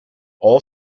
all